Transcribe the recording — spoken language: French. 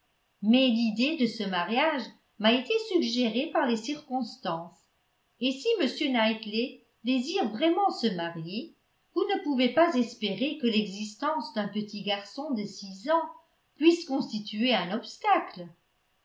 mais l'idée de ce mariage m'a été suggérée par les circonstances et si m knightley désire vraiment se marier vous ne pouvez pas espérer que l'existence d'un petit garçon de six ans puisse constituer un obstacle